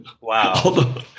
Wow